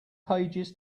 pages